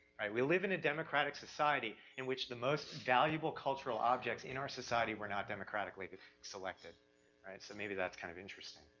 right? we live in a democratic society in which the most valuable cultural objects in our society were not democractically selected. alright, so maybe that's kind of interesting.